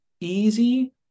easy